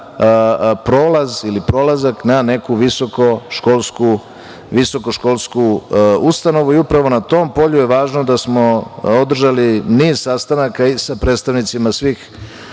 prolaz ili prolazak na neku visokoškolsku ustanovu. Upravo na tom polju je važno da smo održali niz sastanaka i sa predstavnicima svih